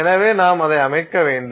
எனவே நாம் அதை அமைக்க வேண்டும்